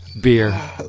beer